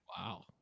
Wow